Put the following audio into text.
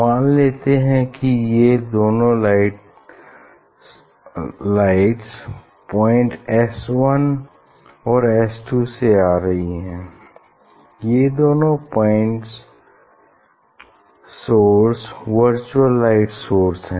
मान लेते हैं कि ये दोनों लाइट्स पॉइंट एस वन और एस टू से आ रही हैं ये दोनों point source virtual light source हैं